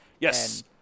Yes